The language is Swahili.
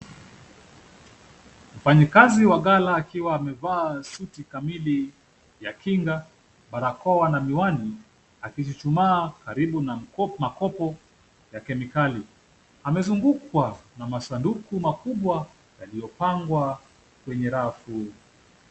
Mfanyikazi wa ghala akiwa amevaa suti kamili ya kinga, barakoa na miwani akichuchumaa karibu na makopo ya kemikali. Amezungukwa na masanduku makubwa, yaliyopangwa kwenye rafu.